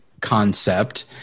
concept